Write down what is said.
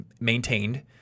maintained